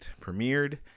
premiered